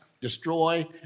destroy